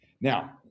Now